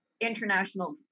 international